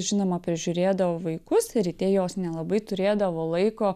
žinoma prižiūrėdavo vaikus ryte jos nelabai turėdavo laiko